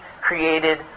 created